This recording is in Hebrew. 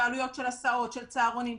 ועלויות של הסעות ושל צהרונים.